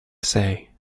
say